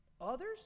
Others